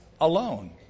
alone